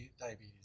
diabetes